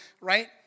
right